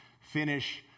finish